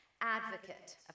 advocate